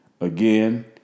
Again